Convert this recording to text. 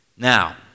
Now